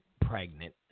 pregnant